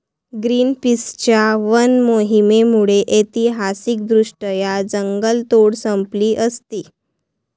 ग्रीनपीसच्या वन मोहिमेमुळे ऐतिहासिकदृष्ट्या जंगलतोड संपली असती